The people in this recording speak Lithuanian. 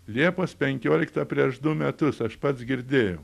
liepos penkioliktą prieš du metus aš pats girdėjau